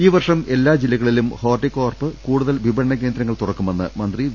ഈ വർഷം എല്ലാ ജില്ലകളിലും ഹോർട്ടികോർപ്പ് കൂടു തൽ വിപണനകേന്ദ്രങ്ങൾ തുറക്കുമെന്ന് മന്ത്രി വി